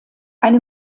eine